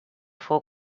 fou